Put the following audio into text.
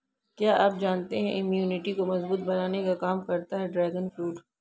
क्या आप जानते है इम्यूनिटी को मजबूत बनाने का काम करता है ड्रैगन फ्रूट?